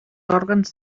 òrgans